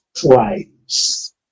twice